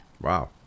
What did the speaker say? Wow